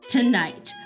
Tonight